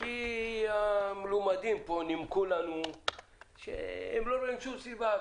כי המלומדים פה נימקו לנו שהם לא רואים שום סיבה.